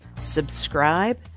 subscribe